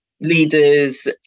leaders